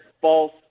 false